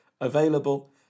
Available